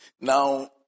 Now